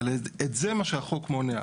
זה מה שהחוק מונע.